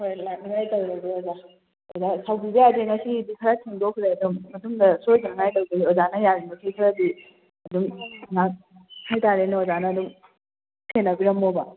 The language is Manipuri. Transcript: ꯍꯣꯏ ꯂꯥꯛꯅꯤꯡꯉꯥꯏ ꯇꯧꯔꯒꯦ ꯑꯣꯖꯥ ꯑꯣꯖꯥ ꯁꯥꯎꯕꯤꯕ ꯌꯥꯗꯦ ꯉꯁꯤꯒꯤꯗꯤ ꯈꯔ ꯊꯦꯡꯗꯣꯛꯈ꯭ꯔꯦ ꯑꯗꯣ ꯃꯇꯨꯡꯗ ꯁꯣꯏꯗꯉꯥꯏ ꯇꯧꯖꯒꯦ ꯑꯣꯖꯥꯅ ꯌꯥꯔꯤꯃꯈꯩ ꯈꯔꯗꯤ ꯑꯗꯨꯝ ꯉꯥꯏꯍꯥꯛ ꯍꯥꯏꯇꯥꯔꯦꯅꯦ ꯑꯣꯖꯥꯅ ꯑꯗꯨꯝ ꯁꯦꯟꯅꯕꯤꯔꯝꯃꯣꯕ